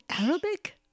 Arabic